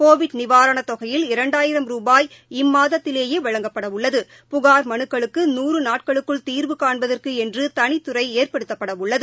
Covid நிவாரணத்தொகையில் இரண்டாயிரம் ரூபாய் இம்மாதத்திலேயே வழங்கப்பட உள்ளது புகார் மனுக்களுக்கு நூறு நாட்களுக்குள் தீர்வு ஃகாண்பதற்கு என்று தனித்துறை ஏற்படுத்தப்பட உள்ளது